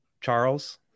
Charles